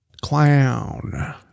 Clown